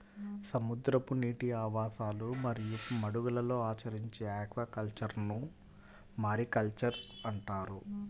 సముద్రపు నీటి ఆవాసాలు మరియు మడుగులలో ఆచరించే ఆక్వాకల్చర్ను మారికల్చర్ అంటారు